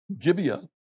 Gibeah